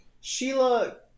Sheila